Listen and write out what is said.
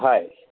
हय